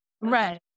Right